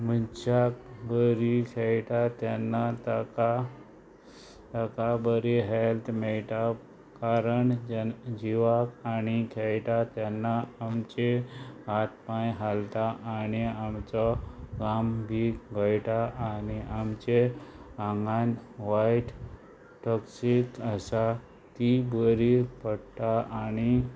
मनशाक बरी खेळटा तेन्ना ताका ताका बरी हेल्थ मेळटा कारण जेन्ना जिवाक आनी खेळटा तेन्ना आमचे हात पांय हालता आनी आमचो गाम बी घोळटा आनी आमचे आंगान वायट टॉक्सीक आसा ती बरी पडटा आनी